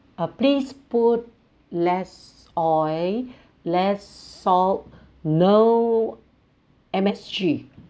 uh please put less oil less salt no M_S_G